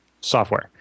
software